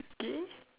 okay